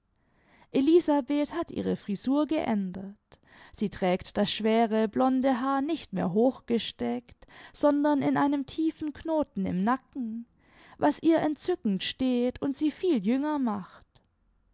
elisabeth hat ihre frisur geändert sie trägt das schwere blonde haar nicht mehr hochgesteckt sondern in einem tiefen knoten im nacken was ihr entzückend steht und sie viel jünger macht